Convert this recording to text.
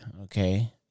okay